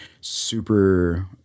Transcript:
super